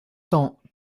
temps